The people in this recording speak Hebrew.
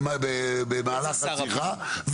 במהלך השיחה,